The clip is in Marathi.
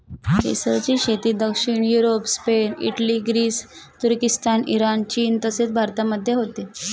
केसरची शेती दक्षिण Europe, Spain, Italy, Greece, Turkistan, Iran, चीन तसेच भारतामध्ये होते